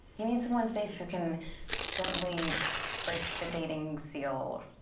he needs someone safe who can gently break the dating seal.